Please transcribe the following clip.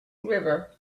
river